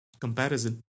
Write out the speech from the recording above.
comparison